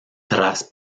tras